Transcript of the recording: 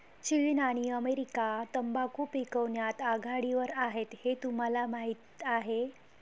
चीन आणि अमेरिका तंबाखू पिकवण्यात आघाडीवर आहेत हे तुम्हाला माहीत आहे